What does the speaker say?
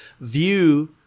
view